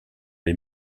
les